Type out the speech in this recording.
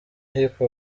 hip